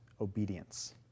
obedience